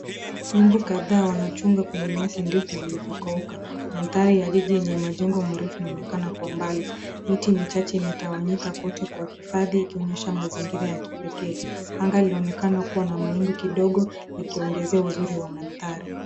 Nyumbu kadhaa wanachunga kwenye nyasi ndefu zilizokauka. Mandhari ya jiji yenye majengo marefu inaonekana kwa mbali. Miti michache imetawanyika kote kwa hifadhi ikionyesha mazingira ya kipekee. Anga linaonekana kuwa na mawingu kidogo yakiongezea uzuri wa mandhari.